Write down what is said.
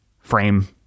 frame